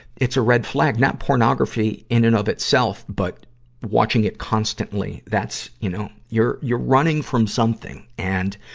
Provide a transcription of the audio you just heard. it's a red flag not pornography in and of itself, but watching it constantly. that's, you know, you're, you're running from something. and,